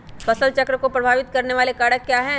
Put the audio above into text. फसल चक्र को प्रभावित करने वाले कारक क्या है?